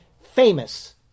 famous